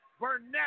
Burnett